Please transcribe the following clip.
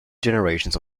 generations